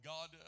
God